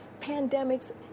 pandemics